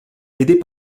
aidés